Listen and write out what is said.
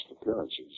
appearances